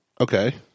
Okay